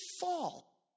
fall